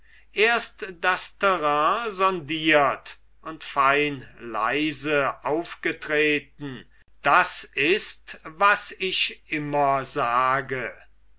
erst das terrain sondiert und fein leise aufgetreten das ist was ich immer sage